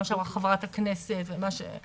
מה שאמרה חברת הכנסת ומה שאמרה